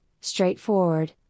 straightforward